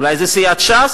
אולי זו סיעת ש"ס?